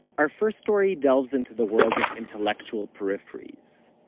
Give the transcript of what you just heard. our first story delves into the world of intellectual peripheries,